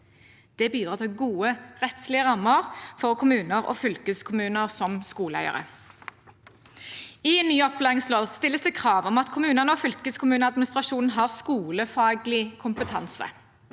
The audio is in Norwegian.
Det bidrar til gode rettslige rammer for kommuner og fylkeskommuner som skoleeiere. I ny opplæringslov stilles det krav om at kommune- og fylkeskommuneadministrasjonen har skolefaglig kompetanse.